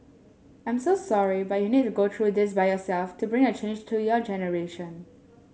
I'm so sorry but you need to go through this by yourself to bring a change to your generation